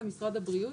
למשרד הבריאות?